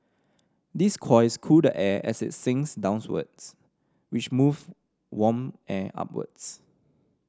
these coils cool the air as it sinks down wards which move warm air upwards